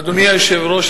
אדוני היושב-ראש,